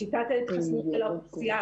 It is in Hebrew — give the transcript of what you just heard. שיטת ההתחסנות של האוכלוסייה,